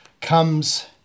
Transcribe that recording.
comes